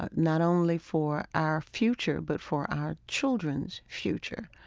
ah not only for our future, but for our children's future.